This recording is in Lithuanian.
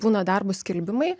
būna darbo skelbimai